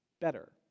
better